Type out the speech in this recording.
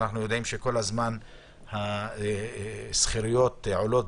אנחנו יודעים שכל הזמן השכירויות עולה,